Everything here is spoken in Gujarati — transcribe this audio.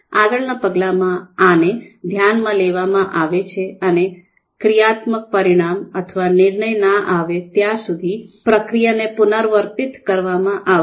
આગળના પગલામાં આને ધ્યાનમાં લેવા આવે છે અને ક્રિયાત્મક પરિણામ અથવા નિર્ણય ન આવે ત્યાં સુધી પ્રક્રિયાને પુનરાવર્તિત કરવામાં આવશે